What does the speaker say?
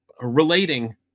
Relating